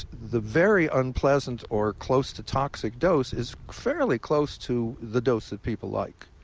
the very unpleasant or close to toxic dose is fairly close to the dose that people like.